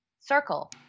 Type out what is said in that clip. circle